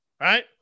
right